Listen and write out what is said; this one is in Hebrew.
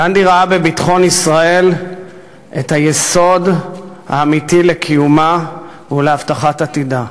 גנדי ראה בביטחון ישראל את היסוד האמיתי לקיומה ולהבטחת עתידה.